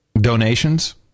donations